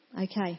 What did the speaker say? Okay